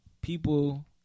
People